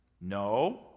No